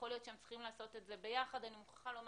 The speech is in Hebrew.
יכול להיות שהם צריכים לעשות את זה ביחד.